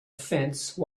fence